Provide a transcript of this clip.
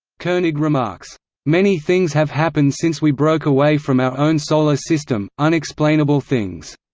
koenig remarks many things have happened since we broke away from our own solar system, unexplainable things.